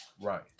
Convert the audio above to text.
Right